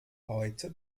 heute